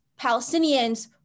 Palestinians